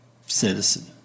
citizen